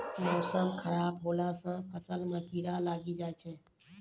मौसम खराब हौला से फ़सल मे कीड़ा लागी जाय छै?